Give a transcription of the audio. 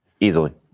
Easily